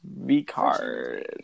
V-card